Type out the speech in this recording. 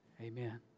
Amen